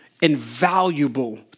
invaluable